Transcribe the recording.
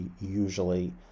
usually